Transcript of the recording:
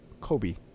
Kobe